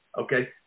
okay